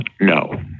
no